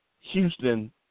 Houston